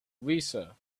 lisa